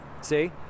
See